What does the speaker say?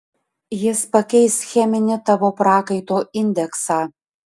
jis pakeis cheminį tavo prakaito indeksą